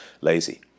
lazy